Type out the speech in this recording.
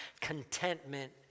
contentment